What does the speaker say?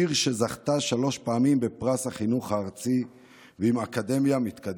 עיר שזכתה שלוש פעמים בפרס החינוך הארצי ועם אקדמיה מתקדמת.